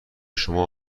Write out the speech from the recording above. شما